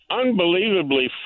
unbelievably